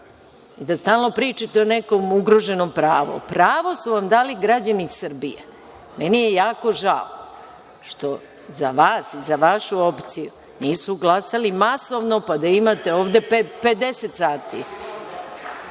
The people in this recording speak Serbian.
i da stalno pričate o nekom ugroženom pravu. Pravo su vam dali građani Srbije. Meni je jako žao što za vas i za vašu opciju nisu glasali masovno, pa da imate ovde 50 sati,